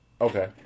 Okay